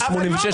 1,086,